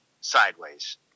sideways